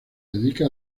dedica